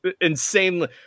insanely